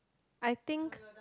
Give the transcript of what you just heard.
I think